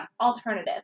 Alternative